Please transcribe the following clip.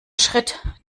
schritt